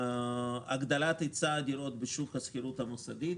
הגדלת היצע הדירות בשוק השכירות המוסדית,